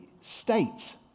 state